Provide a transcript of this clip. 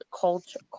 culture